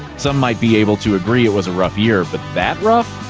some might be able to agree it was a rough year, but that rough?